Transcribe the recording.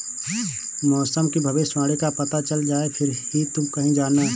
मौसम की भविष्यवाणी का पता चल जाए फिर ही तुम कहीं जाना